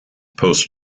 post